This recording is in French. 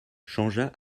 changea